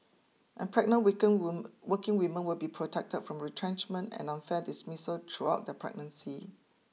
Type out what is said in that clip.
and pregnant working women will be protected from retrenchment and unfair dismissal throughout their pregnancy